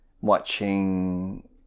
watching